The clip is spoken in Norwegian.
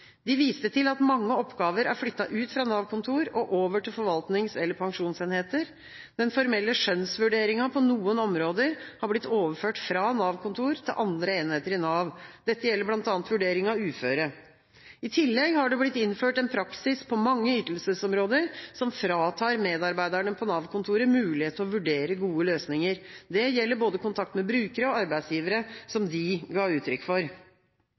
De viste til at mange oppgaver er flyttet ut fra Nav-kontor og over til forvaltnings- eller pensjonsenheter. Den formelle skjønnsvurderinga på noen områder har blitt overført fra Nav-kontor til andre enheter i Nav. Dette gjelder bl.a. vurdering av uføre. I tillegg har det blitt innført en praksis på mange ytelsesområder som fratar medarbeiderne på Nav-kontoret mulighet til å vurdere gode løsninger. Dette gjelder kontakt med både brukere og arbeidsgivere, noe som de ga uttrykk for.